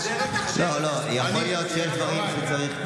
יכול להיות שיש דברים שצריך,